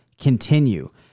continue